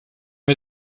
wir